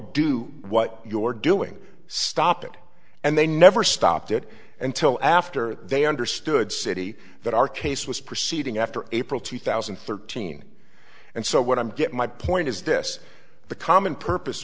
do what your doing stop it and they never stopped it until after they understood city that our case was proceeding after april two thousand and thirteen and so what i'm getting my point is this the common purpose